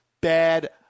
bad